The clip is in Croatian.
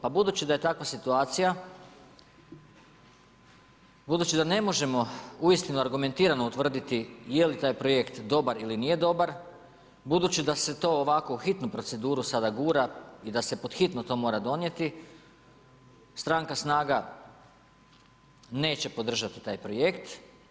Pa budući da je takva situacija, budući da ne možemo uistinu argumentirano utvrditi je li taj projekt dobar ili nije dobar, budući da se to ovako u hitnu proceduru sada gura i da se pod hitno to mora donijeti, stranka SNAGA neće podržati taj projekt.